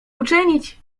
uczynić